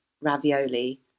ravioli